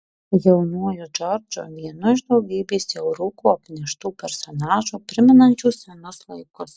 jaunuoju džordžu vienu iš daugybės jau rūko apneštų personažų primenančių senus laikus